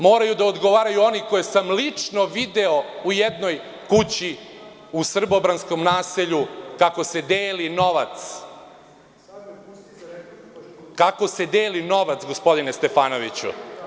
Moraju da odgovaraju i oni koje sam lično video u jednoj kući u Srbobranskom naselju, kako se deli novac, kako se deli novac, gospodine Stefanoviću.